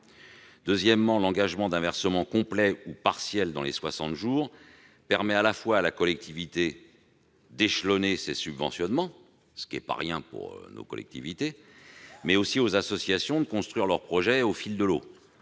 Deuxièmement, l'engagement d'un versement complet ou partiel dans les soixante jours permet à la fois à la collectivité d'échelonner ses subventionnements, ce qui n'est pas rien, mais aussi aux associations de construire leurs projets au fil de l'eau.